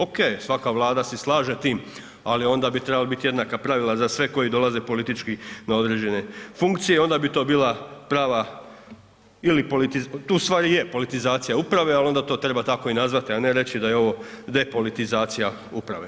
OK, svaka Vlada si slaže tim ali onda bi trebala biti jednaka pravila za sve koji dolaze politički na određene funkcije i onda bi to bila prava ili, to ustavi je politizacija uprave ali onda to treba i tako nazvati a ne reći da je ovo depolitizacija uprave.